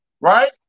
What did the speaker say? right